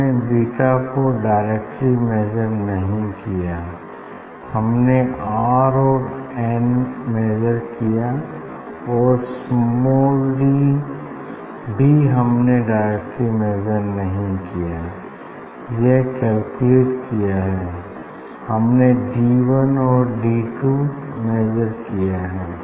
हमने बीटा को directly measure नहीं किया है हमने आर और एन मेजर किया है और स्माल डी भी हमने डायरेक्टली मेजर नहीं किया यह कैलकुलेट किया है हमने डी वन और डी टू मेजर किया है